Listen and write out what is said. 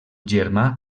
germà